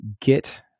Git